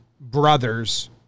brother's